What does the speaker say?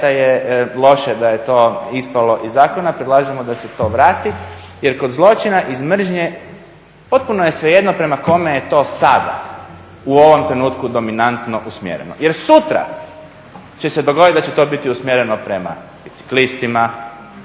je loše da je to ispalo iz zakona. Predlažemo da se to vrati jer kod zločina iz mržnje potpuno je svejedno prema kome je to sada u ovom trenutku dominantno usmjereno, jer sutra će se dogodit da će to biti usmjereno prema biciklistima,